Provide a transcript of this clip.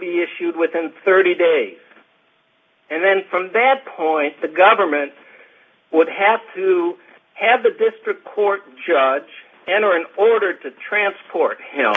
be issued within thirty days and then from that point the government would have to have the district court judge enter an order to transport him